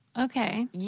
okay